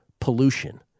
pollution